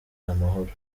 amahoro